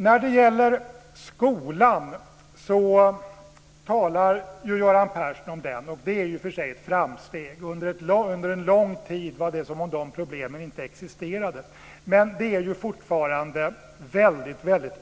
Göran Persson talar om skolan. Det är ett framsteg. Under en lång tid var det som om de problemen inte existerade. Det är fortfarande